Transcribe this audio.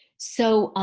so,